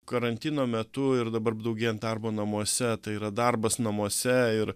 karantino metu ir dabar daugėjant darbo namuose tai yra darbas namuose ir